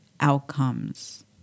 outcomes